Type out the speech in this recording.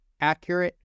accurate